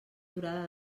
durada